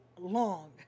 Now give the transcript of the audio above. long